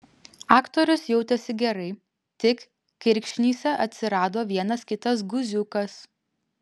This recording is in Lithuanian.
aktorius jautėsi gerai tik kirkšnyse atsirado vienas kitas guziukas